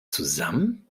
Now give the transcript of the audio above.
zusammen